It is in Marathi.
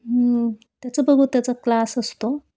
त्याचं बघू त्याचा क्लास असतो